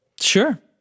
sure